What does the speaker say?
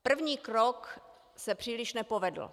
První krok se příliš nepovedl.